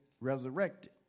resurrected